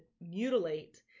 mutilate